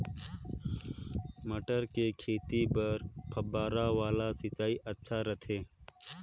मटर के खेती बर फव्वारा वाला सिंचाई अच्छा रथे?